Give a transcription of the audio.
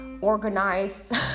organized